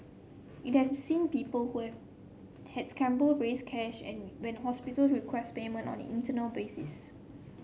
it has seen people who have had scramble raise cash when hospital request payment on an internal basis